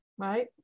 Right